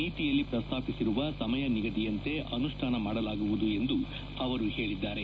ನೀತಿಯಲ್ಲಿ ಪ್ರಸ್ತಾಪಿಸಿರುವ ಸಮಯ ನಿಗದಿಯಂತೆ ಅನುಷ್ಣಾನ ಮಾಡಲಾಗುವುದು ಎಂದು ಅವರು ಹೇಳಿದ್ದಾರೆ